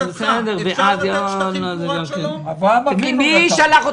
לשיטתך, אפשר לתת שטחים תמורת שלום?